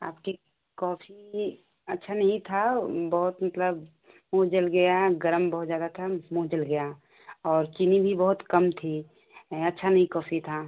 आपकी कॉफ़ी अच्छा नहीं था बहुत मतलब मुँह जल गया गर्म बहुत ज्यादा था मुँह जल गया और चीनी भी बहुत कम थी अच्छा नहीं कॉफ़ी था